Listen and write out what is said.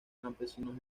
campesinos